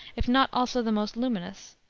if not also the most luminous.